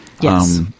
Yes